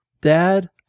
Dad